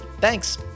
Thanks